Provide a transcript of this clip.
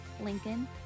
lincoln